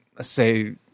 say